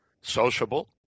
sociable